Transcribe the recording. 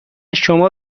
شما